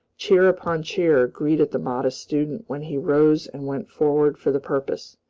cheer upon cheer greeted the modest student when he rose and went forward for the purpose.